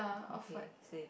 okay same